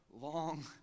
long